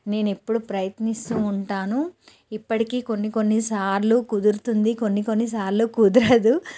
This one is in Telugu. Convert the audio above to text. నేను ఎప్పుడూ ప్రయత్నిస్తూ ఉంటాను ఇప్పటికీ కొన్ని కొన్ని సార్లు కుదురుతుంది కొన్ని కొన్ని సార్లు కుదరదు